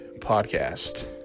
Podcast